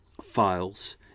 files